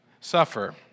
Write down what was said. suffer